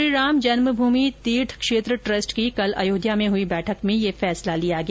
Shriram Janmabhoomi Teerth Kshetra trust की कल अयोध्या में हुई बैठक में यह फैसला लिया गया